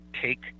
take